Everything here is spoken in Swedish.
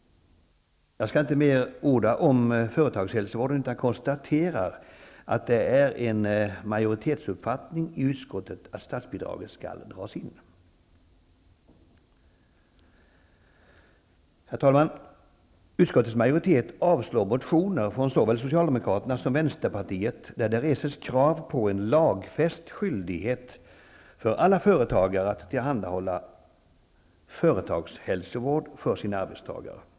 Jag skall inte orda mer om företagshälsovården, utan konstaterar att det är en majoritetsuppfattning i utskottet att statsbidraget skall dras in. Herr talman! Utskottets majoritet avstyrker motioner från såväl Socialdemokraterna som Vänsterpartiet, där det reses krav på en lagfäst skyldighet för alla företagare att tillhandahålla företagshälsovård för sina arbetstagare.